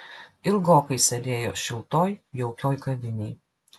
ilgokai sėdėjo šiltoj jaukioj kavinėj